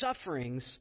sufferings